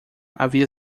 havia